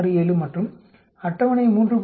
67 மற்றும் அட்டவணை 3